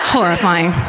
Horrifying